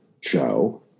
show